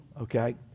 okay